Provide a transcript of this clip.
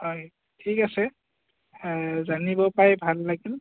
হয় ঠিক আছে জানিব পাৰি ভাল লাগিল